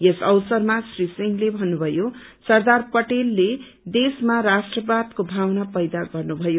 यस अवसरमा श्री सिंहले भत्रुभयो सरदार पटेलले देशमा राष्ट्रवादको भावना पैदा गर्नुभयो